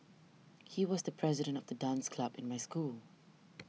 he was the president of the dance club in my school